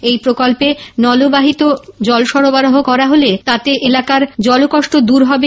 এই প্রকল্পে নলবাহিত জল সরবরাহ করা হবে তাতে এলাকার জলকষ্ট দূর হবে